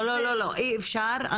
לא, לא אי אפשר.